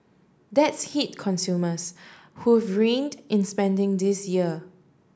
that's hit consumers who reined in spending this year